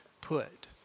put